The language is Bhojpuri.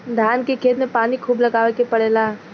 धान के खेत में पानी खुब लगावे के पड़ेला